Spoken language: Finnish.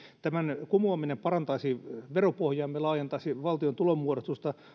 tämän kumoaminen parantaisi veropohjaamme ja laajentaisi valtion tulonmuodostusta